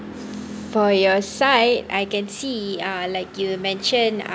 for your side I can see uh like you mentioned uh